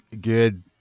good